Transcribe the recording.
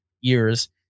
years